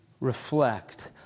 reflect